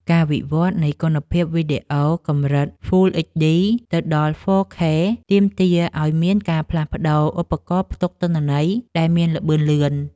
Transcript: ការវិវត្តនៃគុណភាពវីដេអូពីកម្រិត ហ្វ៊ុល អេចឌី ទៅដល់ ហ្វ័រ ខេ ទាមទារឱ្យមានការផ្លាស់ប្តូរឧបករណ៍ផ្ទុកទិន្នន័យដែលមានល្បឿនលឿន។